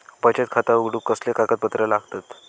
बचत खाता उघडूक कसले कागदपत्र लागतत?